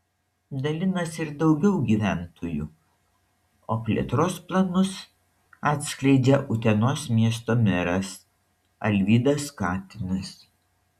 dalinasi ir daugiau gyventojų o plėtros planus atskleidžia utenos miesto meras alvydas katinas